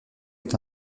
est